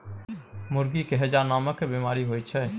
मुर्गी के हैजा नामके बेमारी होइ छै